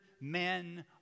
men